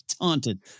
taunted